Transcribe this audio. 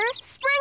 Spring